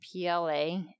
PLA